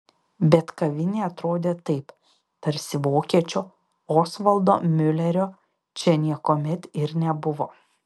bet kavinė atrodė taip tarsi vokiečio osvaldo miulerio čia niekuomet ir nebuvo